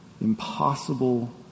impossible